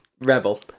Rebel